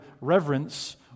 reverence